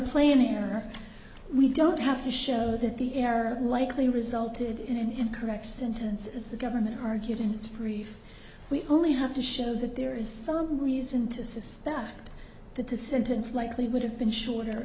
playing air we don't have to show that the error likely resulted in and correct sentence as the government arguments brief we only have to show that there is some reason to suspect that the sentence likely would have been shorter